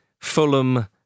Fulham